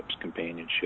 companionship